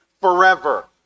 forever